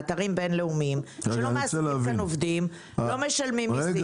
לאתרים בין-לאומיים שלא מעסיקים כאן עובדים ולא משלמים מיסים.